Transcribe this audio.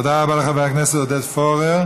תודה רבה לחבר הכנסת עודד פורר.